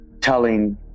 telling